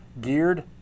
Geared